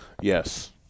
Yes